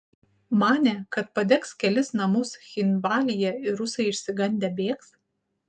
manė kad padegs kelis namus cchinvalyje ir rusai išsigandę bėgs